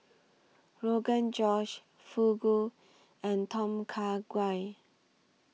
Rogan Josh Fugu and Tom Kha Gai